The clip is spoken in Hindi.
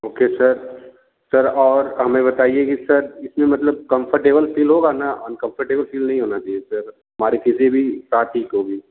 ओके सर सर और हमें बताइए की सर इसमें मतलब कम्फर्टेबल फील होगा ना अनकम्फर्टेबल फील नहीं होना चाहिए सर हमारे किसी भी कार ठीक होगी